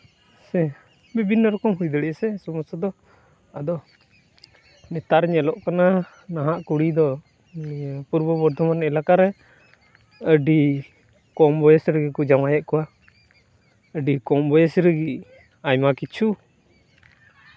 ᱥᱮ ᱵᱤᱵᱷᱤᱱᱱᱚ ᱨᱚᱠᱚᱢ ᱦᱩᱭ ᱫᱟᱲᱮᱭᱟᱜᱼᱟ ᱥᱮ ᱥᱚᱢᱚᱥᱥᱟ ᱫᱚ ᱟᱫᱚ ᱱᱮᱛᱟᱨ ᱧᱮᱞᱚᱜ ᱠᱟᱱᱟ ᱱᱟᱦᱟᱜ ᱠᱩᱲᱤ ᱫᱚ ᱯᱩᱨᱵᱚ ᱵᱚᱨᱫᱷᱚᱢᱟᱱ ᱮᱞᱟᱠᱟ ᱨᱮ ᱟᱹᱰᱤ ᱠᱚᱢ ᱵᱚᱭᱮᱥ ᱨᱮᱜᱮ ᱠᱚ ᱡᱟᱶᱟᱭᱮᱜ ᱠᱚᱣᱟ ᱟᱹᱰᱤ ᱠᱚᱢ ᱵᱚᱭᱮᱥ ᱨᱮᱜᱮ ᱟᱭᱢᱟ ᱠᱤᱪᱷᱩ